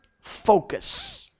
focus